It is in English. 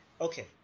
Okay